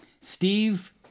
Steve